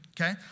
okay